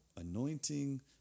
anointing